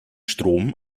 strom